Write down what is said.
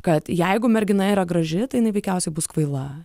kad jeigu mergina yra graži tai jinai veikiausiai bus kvaila